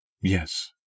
Yes